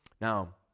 Now